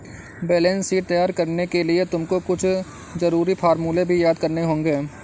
balance sheet तैयार करने के लिए तुमको कुछ जरूरी फॉर्मूले भी याद करने होंगे